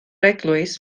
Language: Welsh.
eglwys